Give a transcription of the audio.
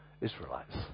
Israelites